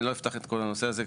אני לא אפתח את כל הנושא הזה.